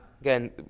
again